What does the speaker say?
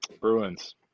Bruins